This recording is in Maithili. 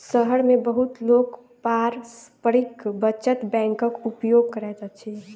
शहर मे बहुत लोक पारस्परिक बचत बैंकक उपयोग करैत अछि